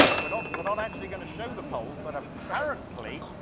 we're not we're not actually going to show the poll, but apparently,